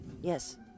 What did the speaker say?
Yes